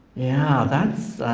yeah, that's